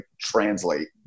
translate